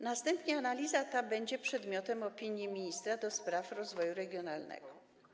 Następnie analiza ta będzie przedmiotem opinii ministra do spraw rozwoju regionalnego.